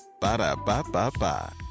Ba-da-ba-ba-ba